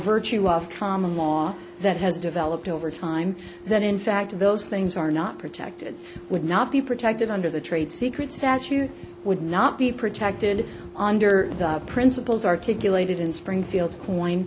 virtue of trama law that has developed over time that in fact those things are not protected would not be protected under the trade secrets statute would not be protected under the principles articulated in springfield co